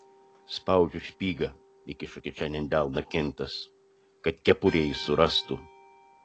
spaudžiu špygą įkiša kišenėn delną kintas kad kepurę ji surastų